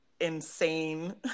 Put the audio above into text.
insane